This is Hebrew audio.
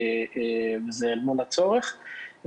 וזה מול הצורך.